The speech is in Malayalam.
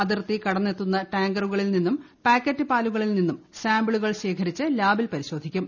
അതിർത്തി കടന്നെത്തുന്ന ടാങ്കറുകളിൽ നിന്നും പാക്കറ്റ് പാലുകളിൽ നിന്നും സാമ്പിളുകൾ ശേഖരിച്ചു ലാബിൽ പരിശോധിക്കും